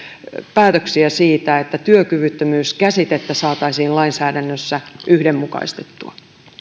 päätöksiä siitä että työkyvyttömyys käsitettä saataisiin lainsäädännössä yhdenmukaistettua